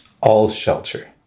all-shelter